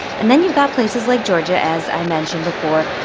and then, you've got places like georgia, as i mentioned before,